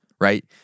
right